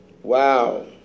Wow